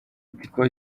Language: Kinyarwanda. ikigo